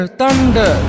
thunder